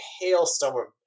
hailstorm